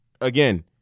again